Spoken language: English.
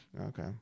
Okay